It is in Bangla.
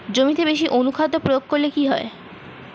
জমিতে বেশি অনুখাদ্য প্রয়োগ করলে কি হয়?